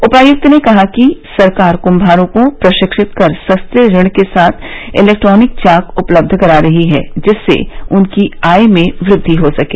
उपायक्त ने कहा कि सरकार कम्हारों को प्रशिक्षित कर सस्ते ऋण के साथ इलेक्ट्रॉनिक चाक उपलब्ध करा रही है जिससे उनकी आय में वृद्धि हो सके